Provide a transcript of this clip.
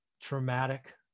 traumatic